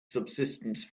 subsistence